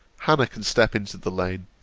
hannah can step into the lane,